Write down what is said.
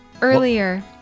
Earlier